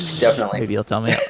definitely maybe you'll tell me.